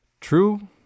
True